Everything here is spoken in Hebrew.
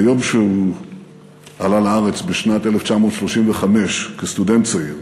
מיום עלייתו לארץ בשנת 1935 כסטודנט צעיר,